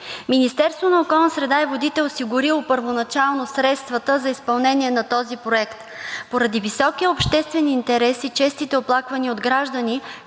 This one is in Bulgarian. Министерството на околната среда и водите е осигурило първоначално средствата за изпълнение на този проект. Поради високия обществен интерес и честите оплаквания от граждани